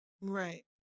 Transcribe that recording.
Right